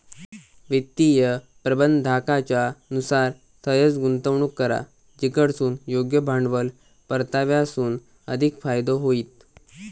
वित्तीय प्रबंधाकाच्या नुसार थंयंच गुंतवणूक करा जिकडसून योग्य भांडवल परताव्यासून अधिक फायदो होईत